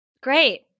Great